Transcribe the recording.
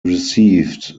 received